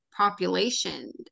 population